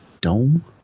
Dome